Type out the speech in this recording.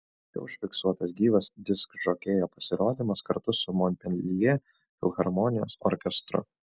čia užfiksuotas gyvas diskžokėjo pasirodymas kartu su monpeljė filharmonijos orkestru